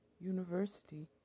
University